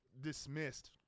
dismissed